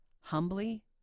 Humbly